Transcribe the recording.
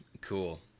Cool